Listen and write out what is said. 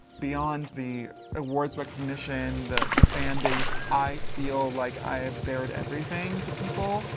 beyond the awards recognition, the the fan base, i feel like i have bared everything to people.